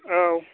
औ